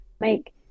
make